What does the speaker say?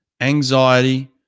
anxiety